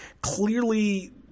clearly